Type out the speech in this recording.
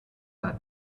had